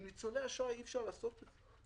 אבל עם ניצולי השואה אי אפשר לעשות את זה.